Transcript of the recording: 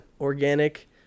organic